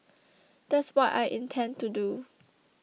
that's what I intend to do